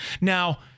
Now